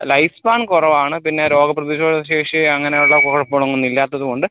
life plan കുറവാണ് പിന്നെ രോഗപ്രതിരോധശേഷി അങ്ങനെ ഉള്ള കുഴപ്പങ്ങളൊന്നും ഇല്ലാത്തതുകൊണ്ട്